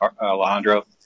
Alejandro